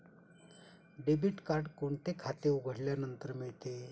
Debit card कोणते खाते उघडल्यानंतर मिळते?